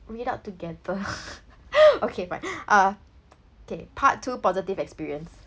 read out together okay fine uh okay part two positive experience